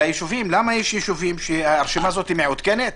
הרשימה הזאת מעודכנת?